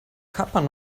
kartbahn